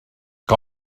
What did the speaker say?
que